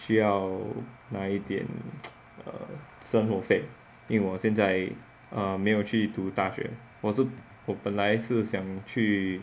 需要拿一点 err 生活费因为我现在 err 没有去读大学我是我本来是想去